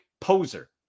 poser